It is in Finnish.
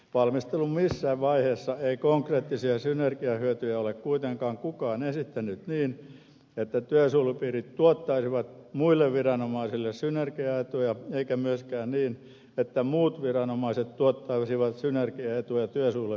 valmistelun missään vaiheessa ei konkreettisia synergiahyötyjä ole kuitenkaan kukaan esittänyt niin että työsuojelupiirit tuottaisivat muille viranomaisille synergiaetuja eikä myöskään niin että muut viranomaiset tuottaisivat synergiaetuja työsuojelupiireille